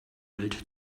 welt